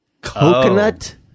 coconut